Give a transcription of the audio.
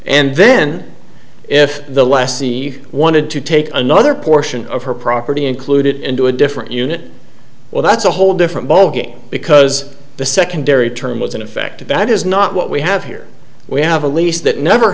and then if the lessee wanted to take another portion of her property included into a different unit well that's a whole different ballgame because the secondary term was in effect that is not what we have here we have a lease that never